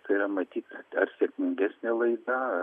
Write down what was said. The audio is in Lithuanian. tai yra matyt ar sėkmingesnė laida ar